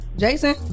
Jason